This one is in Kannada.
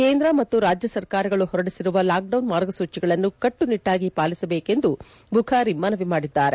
ಕೇಂದ್ರ ಮತ್ತು ರಾಜ್ಜ ಸರ್ಕಾರಗಳು ಹೊರಡಿಸಿರುವ ಲಾಕ್ಡೌನ್ ಮಾರ್ಗಸೂಚಿಗಳನ್ನು ಕಟ್ಟುನಿಟ್ಟಾಗಿ ಪಾಲಿಸಬೇಕು ಎಂದು ಬುಖಾರಿ ಮನವಿ ಮಾಡಿದ್ದಾರೆ